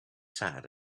sad